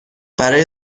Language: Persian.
برای